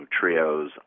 trios